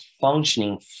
functioning